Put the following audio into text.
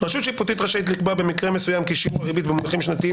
רשות שיפוטית רשאית לקבוע במקרה מסוים במונחים שנתיים